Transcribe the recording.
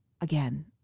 again